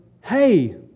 hey